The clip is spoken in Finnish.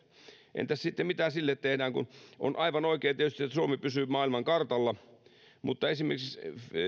entä siten mitä sille tehdään on aivan oikein tietysti että suomi pysyy maailman kartalla kun esimerkiksi